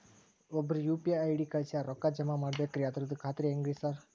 ಒಬ್ರು UPI ID ಕಳ್ಸ್ಯಾರ ರೊಕ್ಕಾ ಜಮಾ ಮಾಡ್ಬೇಕ್ರಿ ಅದ್ರದು ಖಾತ್ರಿ ಹೆಂಗ್ರಿ ಸಾರ್?